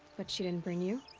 but she didn't bring you?